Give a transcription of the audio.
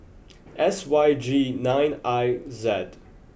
S Y G nine I Z